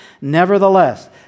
Nevertheless